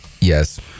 Yes